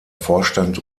vorstand